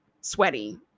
sweaty